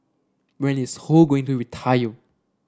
when is Ho going to retire